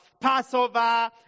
Passover